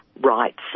rights